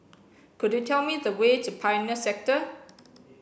could you tell me the way to Pioneer Sector